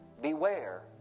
beware